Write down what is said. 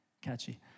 Catchy